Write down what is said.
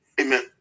Amen